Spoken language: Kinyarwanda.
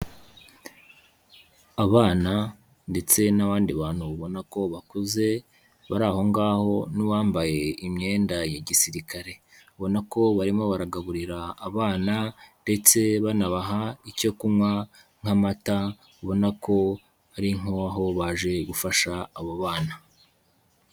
Abana ndetse n'abandi bantu ubona ko bakuze, bari aho ngaho n'uwambaye imyenda ya gisirikare, ubona ko barimo baragaburira abana ndetse banabaha icyo kunywa nk'amata, ubona ko ari nk'aho baje gufasha abo bana.